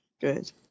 Good